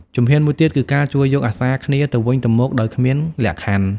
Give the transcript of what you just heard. ជំហានមួយទៀតគឺការជួយយកអាសាគ្នាទៅវិញទៅមកដោយគ្មានលក្ខខណ្ឌ។